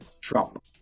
Trump